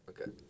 okay